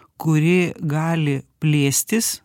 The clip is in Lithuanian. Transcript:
kuri gali plėstis